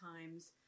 times